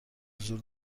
حضور